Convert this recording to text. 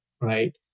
right